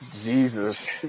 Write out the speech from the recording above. Jesus